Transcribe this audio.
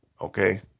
Okay